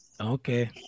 Okay